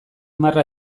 marra